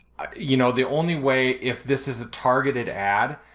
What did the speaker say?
you know, the only way, if this is a targeted ad,